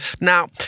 Now